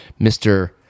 Mr